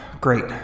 Great